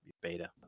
beta